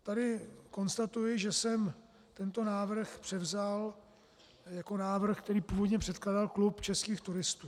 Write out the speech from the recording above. Tady konstatuji, že jsem tento návrh převzal jako návrh, který původně předkládal Klub českých turistů.